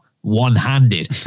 one-handed